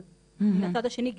אבל מהצד השני,